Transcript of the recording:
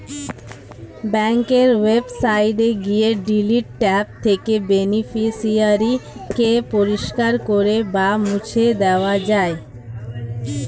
ব্যাঙ্কের ওয়েবসাইটে গিয়ে ডিলিট ট্যাব থেকে বেনিফিশিয়ারি কে পরিষ্কার করে বা মুছে দেওয়া যায়